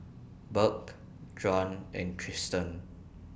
Burk Juan and Tristen